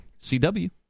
cw